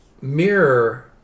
mirror